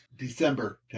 December